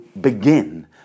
begin